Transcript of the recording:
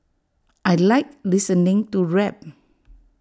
I Like listening to rap